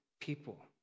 people